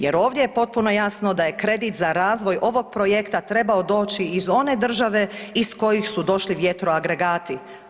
Jer ovdje je potpuno jasno da je kredit za razvoj ovog projekta trebao doći iz one države iz kojih su došli vjetroagregati.